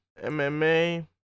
MMA